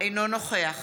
אינו נוכח